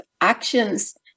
actions